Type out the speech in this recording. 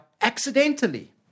accidentally